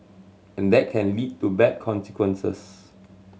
and that can lead to bad consequences